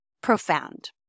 profound